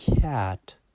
cat